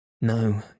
No